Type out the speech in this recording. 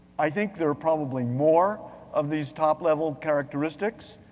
i think there are probably more of these top-level characteristics.